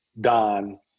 Don